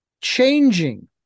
changing